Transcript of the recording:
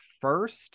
first